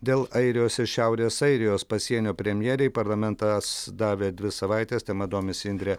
dėl airijos ir šiaurės airijos pasienio premjerei parlamentas davė dvi savaitės tema domisi indrė